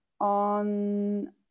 on